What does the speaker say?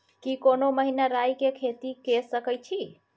की कोनो महिना राई के खेती के सकैछी?